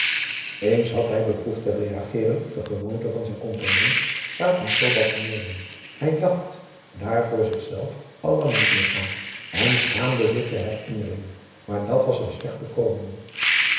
eens had hij beproefd te reageeren op de gewoonte van zijn compagnon s avonds sobat te nemen hij dacht daar voor zichzelf allang niet meer aan en schaamde zich de herinnering maar dat was hem slecht bekomen